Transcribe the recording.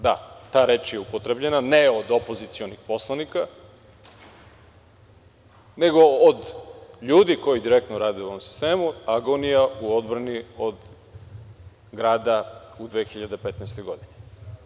Da, ta reč je upotrebljena, ali ne od opozicionih poslanika, nego od ljudi koji direktno rade u sistemu – agonija u odbrani od grada u 2015. godini.